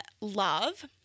love